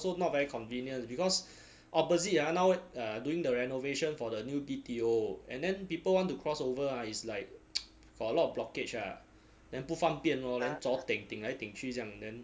also not very convenient because opposite ah now err during the renovation for the new B_T_O and then people want to cross over ah is like got a lot of blockage ah then 不方便 hor then zhor deng 顶来顶去这样 then